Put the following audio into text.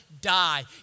die